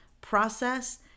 process